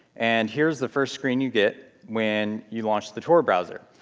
and here's the first screen you get when you launch the tor browser.